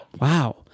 Wow